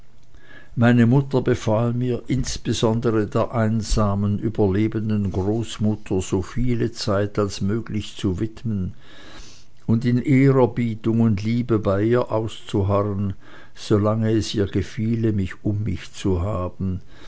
meine mutter befahl mir insbesondere der einsamen überlebenden großmutter so viele zeit als möglich zu widmen und in ehrerbietung und liebe bei ihr auszuharren solange es ihr gefiele mich um sich zu haben